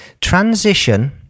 Transition